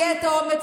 שהיה חשוב לי,